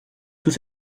tout